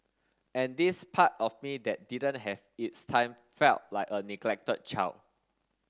and this part of me that didn't have its time felt like a neglected child